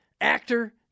actor